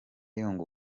young